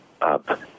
up